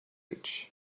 age